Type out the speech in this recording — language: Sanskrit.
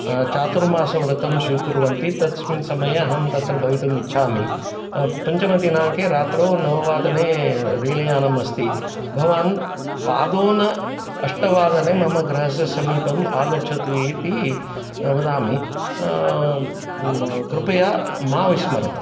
चातुर्मास्यव्रतं स्वीकुर्वन्ति तस्मिन् समये अहं तत्र भवितुम् इच्छामि पञ्चमदिनाङ्के रात्रौ नववादने रैलयानमस्ति भवान् पादो न अष्टवादने मम गृहस्य समीपम् आगच्छतु इति वदामि कृपया मा विस्मरतु